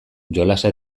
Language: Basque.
jolasa